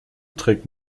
trägt